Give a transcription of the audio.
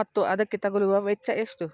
ಮತ್ತು ಅದಕ್ಕೆ ತಗಲುವ ವೆಚ್ಚ ಎಷ್ಟು?